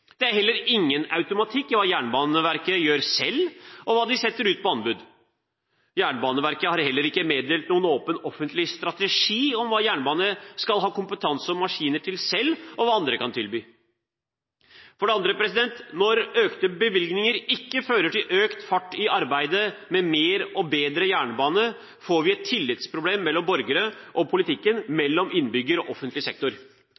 Det er heller ingen automatikk i hva Jernbaneverket gjør selv, og hva de setter ut på anbud. Jernbaneverket har heller ikke meddelt noen åpen, offentlig strategi om hva Jernbaneverket skal ha av kompetanse og maskiner selv, og hva andre kan tilby. For det andre: Når økte bevilgninger ikke fører til økt fart i arbeidet med mer og bedre jernbane, får vi et tillitsproblem mellom borgerne og politikken, mellom innbyggerne og offentlig sektor.